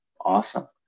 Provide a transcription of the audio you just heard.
awesome